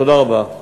תודה רבה.